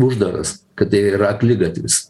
uždaras kad tai yra akligatvis